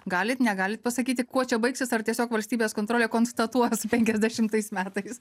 galit negalit pasakyti kuo čia baigsis ar tiesiog valstybės kontrolė konstatuos penkiasdešimtais metais